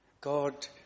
God